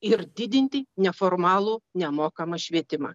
ir didinti neformalų nemokamą švietimą